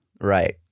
Right